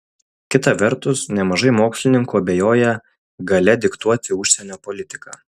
kita vertus nemažai mokslininkų abejoja galia diktuoti užsienio politiką